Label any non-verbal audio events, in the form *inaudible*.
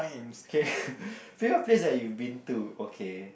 okay *laughs* favourite place that you been to okay